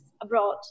abroad